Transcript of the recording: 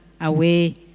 away